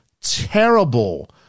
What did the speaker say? terrible